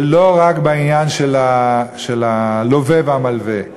זה לא רק עניין של הלווה והמלווה,